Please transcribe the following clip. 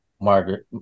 Margaret